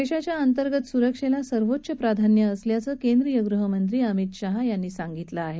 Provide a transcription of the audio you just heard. देशाच्या अंतर्गत स्रक्षेला सर्वोच्च प्राधान्य असल्याचं केंद्रीय गृहमंत्री अमित शाह यांनी सांगितलं आहे